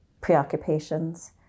preoccupations